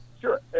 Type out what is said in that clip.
Sure